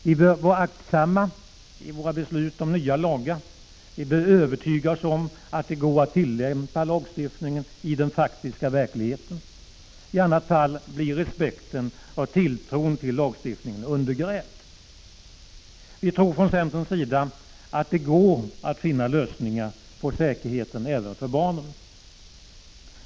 Vi bör vara aktsamma i våra beslut om nya lagar. Vi bör övertyga oss om att det går att tillämpa lagstiftningen i den faktiska verkligheten. I annat fall blir respekten för och tilltron till lagstiftningen undergrävd. Vi tror från centerns sida att det går att finna lösningar i fråga om säkerheten även för barnen.